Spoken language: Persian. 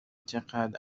چقد